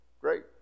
great